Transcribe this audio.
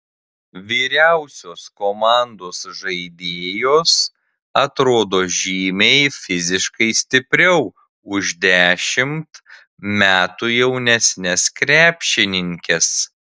vyriausios komandos žaidėjos atrodo žymiai fiziškai stipriau už dešimt metų jaunesnes krepšininkes